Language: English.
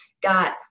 got